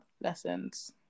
lessons